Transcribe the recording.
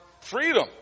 freedom